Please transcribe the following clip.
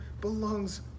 belongs